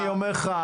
אני אומר לך,